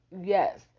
Yes